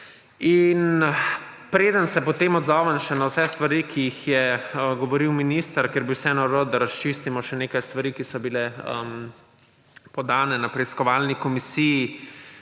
preden se potem odzovem še na vse stvari, ki jih je govoril minister, ker bi vseeno rad, da razčistimo še nekaj stvari, ki so bile podane na preiskovalni komisiji,